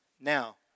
Now